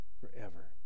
forever